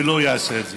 שלא יעשה את זה.